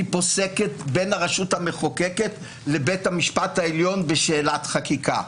פוסקת בין הרשות המחוקקת לבית המשפט העליון בשאלת חקיקה.